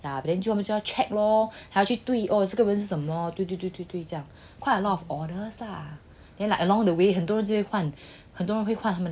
yeah then 他们就要 check lor 还要去对 oh 这个人是什么对对对对对 quite a lot of orders lah then like along the way 很多人换很多人会还他们的 order